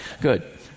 good